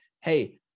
hey